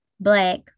Black